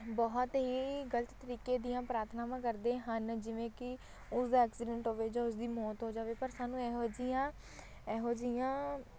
ਬਹੁਤ ਹੀ ਗਲਤ ਤਰੀਕੇ ਦੀਆਂ ਪ੍ਰਾਰਥਨਾਵਾਂ ਕਰਦੇ ਹਨ ਜਿਵੇਂ ਕਿ ਉਸਦਾ ਐਕਸੀਡੈਂਟ ਹੋਵੇ ਜਾਂ ਉਸਦੀ ਮੌਤ ਹੋ ਜਾਵੇ ਪਰ ਸਾਨੂੰ ਇਹੋ ਜਿਹੀਆਂ ਇਹੋ ਜਿਹੀਆਂ